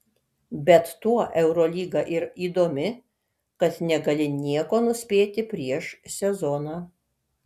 bet tuo eurolyga ir įdomi kad negali nieko nuspėti prieš sezoną